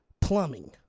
plumbing